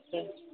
okay